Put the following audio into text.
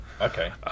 Okay